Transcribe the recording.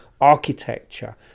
architecture